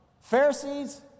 Pharisees